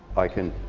i can